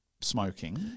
smoking